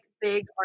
big